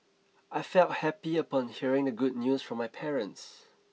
I felt happy upon hearing the good news from my parents